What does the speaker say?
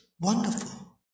wonderful